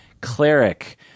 cleric